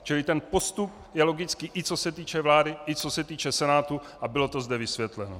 Čili ten postup je logický i co se týče vlády i co se týče Senátu a bylo to zde vysvětleno.